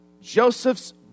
Joseph's